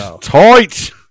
Tight